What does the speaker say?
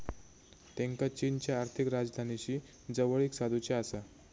त्येंका चीनच्या आर्थिक राजधानीशी जवळीक साधुची आसा